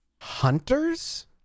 hunters